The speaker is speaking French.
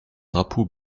drapeau